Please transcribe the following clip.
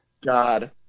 God